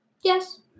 Yes